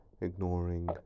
ignoring